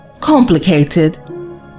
complicated